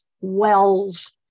wells